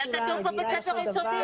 אבל כתוב כאן בית ספר יסודי.